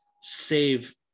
save